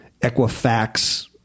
Equifax